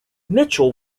mitchell